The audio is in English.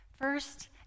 First